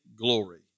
glory